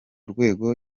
rwego